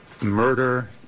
murder